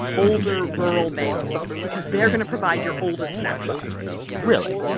older, rural males because they're going to provide your oldest snapshot really?